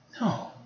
No